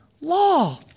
law